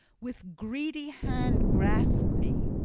with greedy hand grasped me.